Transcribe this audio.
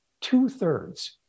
two-thirds